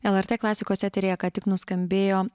lrt klasikos eteryje ką tik nuskambėjo